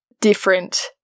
different